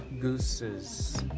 gooses